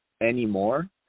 anymore